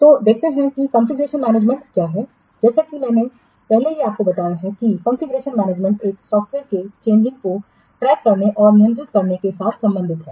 तो देखते हैं कि कॉन्फ़िगरेशनमैनेजमेंट क्या है जैसा कि मैंने पहले ही आपको बताया है कि कॉन्फ़िगरेशनमैनेजमेंट एक सॉफ्टवेयर के चेंजिंस को ट्रैक करने और नियंत्रित करने के साथ संबंधित है